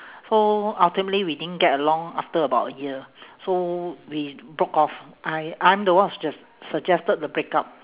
so ultimately we didn't get along after about a year so we broke off I~ I'm the one who suggest~ suggested the break up